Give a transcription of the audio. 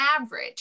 average